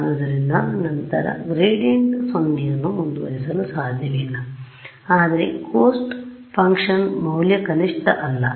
ಆದ್ದರಿಂದ ನಂತರ ಗ್ರೇಡಿಯಂಟ್ 0 ಅನ್ನು ಮುಂದುವರೆಸಲು ಸಾಧ್ಯವಿಲ್ಲ ಆದರೆ ಕೋಸ್ಟ್ ಫಂಕ್ಶನ್ ಮೌಲ್ಯ ಕನಿಷ್ಠ ಅಲ್ಲ